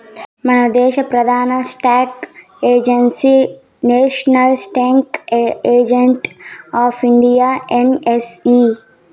మనదేశ ప్రదాన stock exchange national stock exchange of India NSE